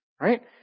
Right